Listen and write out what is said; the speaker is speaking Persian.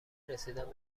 رسیدن